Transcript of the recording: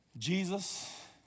Jesus